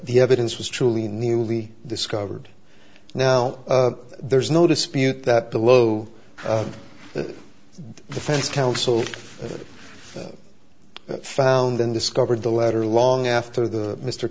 the evidence was truly newly discovered now there's no dispute that the lho the defense counsel found and discovered the letter long after the mr